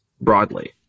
broadly